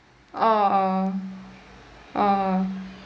oh oh oh